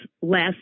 less